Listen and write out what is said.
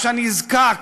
הנזקק,